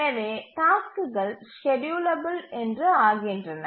எனவே டாஸ்க்குகள் ஸ்கேட்யூலபில் என்று ஆகின்றன